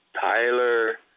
Tyler